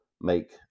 make